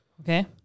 Okay